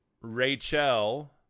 Rachel